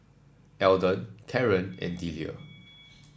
Eldon Caren and Delia